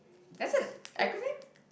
that's an acronym